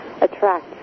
attract